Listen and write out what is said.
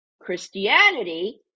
christianity